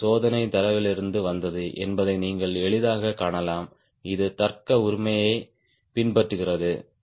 இது ஒரு சோதனை தரவிலிருந்து வந்தது என்பதை நீங்கள் எளிதாகக் காணலாம் இது தர்க்க உரிமையைப் பின்பற்றுகிறது